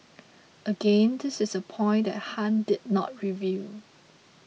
again this is a point that Han did not reveal